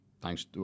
Thanks